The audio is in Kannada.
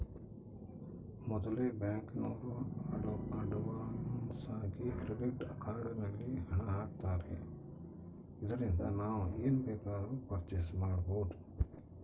ಮೊದಲೆ ಬ್ಯಾಂಕಿನೋರು ಅಡ್ವಾನ್ಸಾಗಿ ಕ್ರೆಡಿಟ್ ಕಾರ್ಡ್ ನಲ್ಲಿ ಹಣ ಆಗ್ತಾರೆ ಇದರಿಂದ ನಾವು ಏನ್ ಬೇಕಾದರೂ ಪರ್ಚೇಸ್ ಮಾಡ್ಬಬೊದು